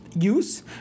use